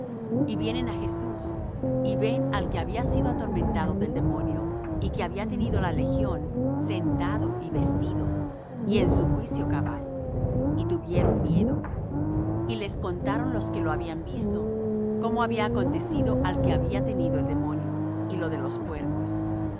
y vienen á jesús y ven al que había sido atormentado del demonio y que había tenido la legión sentado y vestido y en su juicio cabal y tuvieron miedo y les contaron los que lo habían visto cómo había acontecido al que había tenido el demonio y lo de los puercos